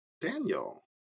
Daniel